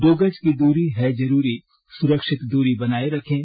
दो गज की दूरी है जरूरी सुरक्षित दूरी बनाए रखें